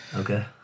Okay